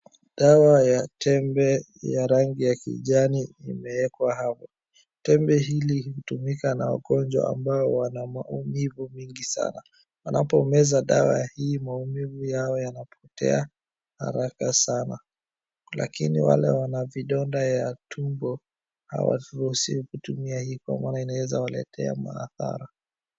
Dawa ya tembe ya rangi ya kijani imeekwa hapa. Tembe hili hutumika na wagonjwa ambao wana maumivu mingi sana. Wanapomeza dawa hii maumivu yao yanapotea haraka sana. Lakini wale wana vidonda ya tumbo, hawaruhusiwi kutumia hii kwa maana inaweza waletea madhara.